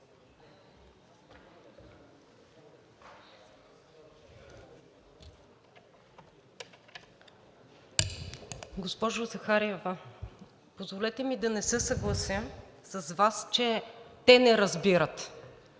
Госпожо Захариева, позволете ми да не се съглася с Вас, че те не разбират.